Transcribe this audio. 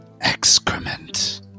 excrement